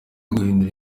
guhindura